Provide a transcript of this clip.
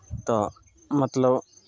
तऽ मतलब